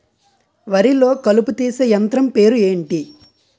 వరి లొ కలుపు తీసే యంత్రం పేరు ఎంటి?